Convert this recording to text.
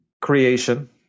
creation